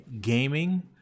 Gaming